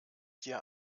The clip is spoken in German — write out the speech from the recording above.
dir